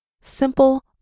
simple